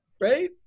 right